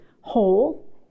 whole